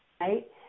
right